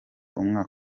umwaka